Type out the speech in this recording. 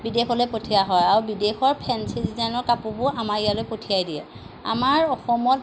বিদেশলৈ পঠিয়া হয় আৰু বিদেশৰ ফেঞ্চি ডিজাইনৰ কাপোৰবোৰ আমাৰ ইয়ালৈ পঠিয়াই দিয়ে আমাৰ অসমত